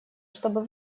чтобы